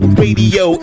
radio